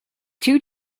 two